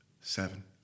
seven